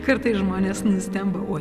kartais žmonės nustemba uoi